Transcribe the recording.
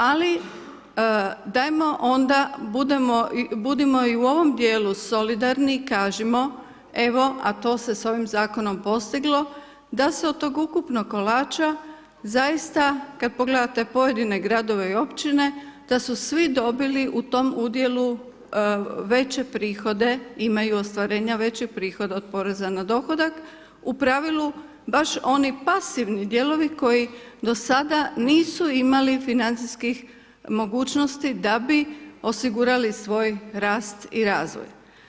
Ali, damo onda, budimo i u ovom dijelu solidarni, kažemo, evo a to se i s ovim zakonom postiglo, da se od tog ukupnog kolača, zaista, kada pogledate te pojedine gradove i općine, da su svi dobili u tom udjelu veće prihode, imaju ostvarenje veće prihoda od poreza na dohodak, u pravilu baš oni pasivni dijelovi koji do sada nisu imali financijskih mogućnosti, da bi osigurali svoj rast i razvoj.